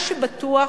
מה שבטוח,